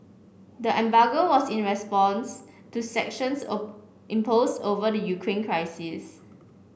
the embargo was in response to sanctions impose over the Ukraine crisis